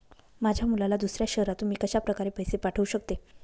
माझ्या मुलाला दुसऱ्या शहरातून मी कशाप्रकारे पैसे पाठवू शकते?